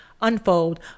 Unfold